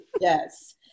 yes